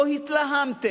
לא התלהמתם,